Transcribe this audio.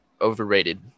overrated